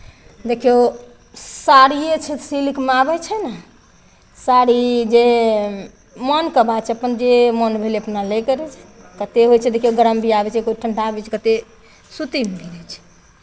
देखियौ साड़िए छै सिल्कमे आबै छै ने साड़ी जे मोनके बात छै अपन जे मोन भेल अपना लैके रहै छै कतेक होइ छै देखियौ गरम भी आबै छै कोइ ठण्ढा भी आबै छै कतेक सूती भी रहै छै